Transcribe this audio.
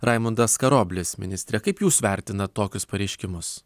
raimundas karoblis ministre kaip jūs vertinat tokius pareiškimus